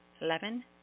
Eleven